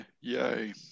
yay